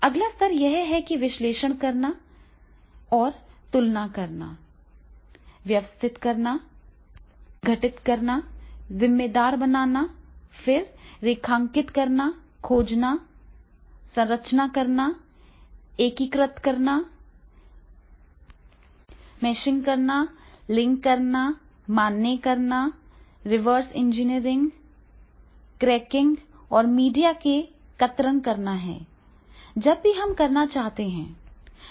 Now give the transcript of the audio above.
अगला स्तर यह है कि विश्लेषण करना विश्लेषण करना और तुलना करना व्यवस्थित करना विघटित करना जिम्मेदार बनाना फिर रेखांकित करना खोजना संरचना करना एकीकृत करना मैशिंग करना लिंक करना मान्य करना रिवर्स इंजीनियरिंग क्रैकिंग और मीडिया की कतरन करना है जब भी हम करना चाहते हैं